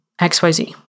XYZ